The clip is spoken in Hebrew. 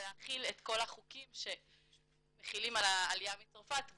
ולהחיל את כל החוקים שמחילים על העלייה מצרפת,